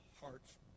hearts